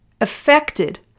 affected